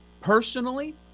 Personally